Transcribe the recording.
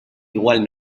igual